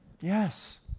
Yes